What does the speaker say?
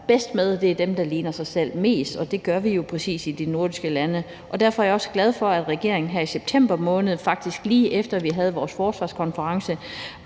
bedst med, er dem, der ligner en selv mest, og det gør vi jo præcis i de nordiske lande. Derfor er jeg også glad for, at regeringen her i september måned, faktisk lige efter at vi havde vores forsvarskonference,